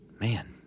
Man